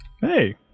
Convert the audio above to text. Hey